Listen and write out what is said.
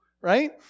Right